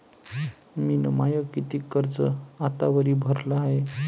मिन माय कितीक कर्ज आतावरी भरलं हाय?